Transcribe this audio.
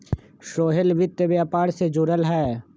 सोहेल वित्त व्यापार से जुरल हए